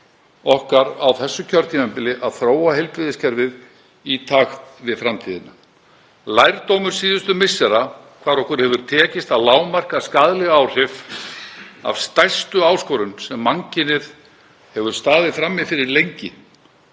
okkar á þessu kjörtímabili, að þróa heilbrigðiskerfið í takt við framtíðina. Lærdómur síðustu missera, þar sem okkur hefur tekist að lágmarka skaðleg áhrif af stærstu áskorun sem mannkynið hefur staðið frammi fyrir lengi,